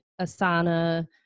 Asana